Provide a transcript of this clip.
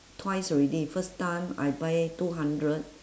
twice already first time I buy two hundred